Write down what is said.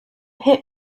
hit